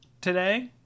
today